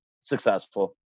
Successful